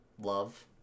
love